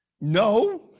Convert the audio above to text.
No